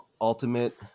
ultimate